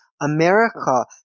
America